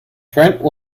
trent